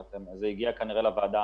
זה כנראה הגיע לוועדה.